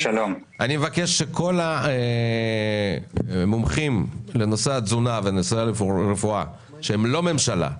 אני מבקש שכל המומחים לנושא התזונה ונושא הרפואה שהם לא מגורמי הממשלה,